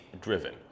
driven